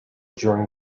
during